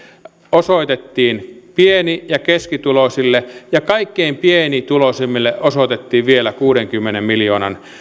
osoitettiin pieni ja keskituloisille ja kaikkein pienituloisimmille osoitettiin vielä kuudenkymmenen miljoonan